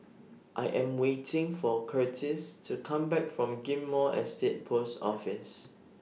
I Am waiting For Curtiss to Come Back from Ghim Moh Estate Post Office